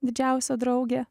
didžiausia draugė